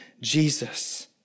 Jesus